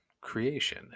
creation